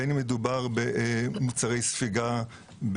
בין אם מדובר במוצרי ספיגה,